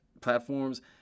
platforms